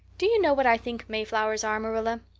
do you know what i think mayflowers are, marilla?